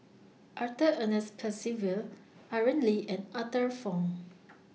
Arthur Ernest Percival Aaron Lee and Arthur Fong